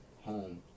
home